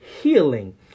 healing